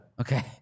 Okay